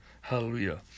hallelujah